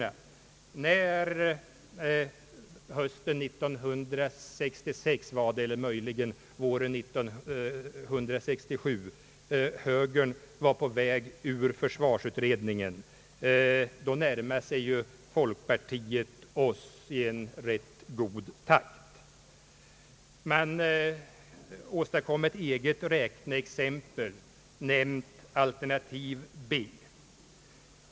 När under hösten 1966 eller möjligen våren 1967 högern var på väg ur försvarsutredningen närmade sig folkpartiet oss i rätt god takt. Man åstadkom sedermera ett eget räkneexempel, benämnt alternativ B.